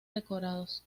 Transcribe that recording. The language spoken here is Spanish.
decorados